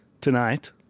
tonight